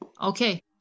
Okay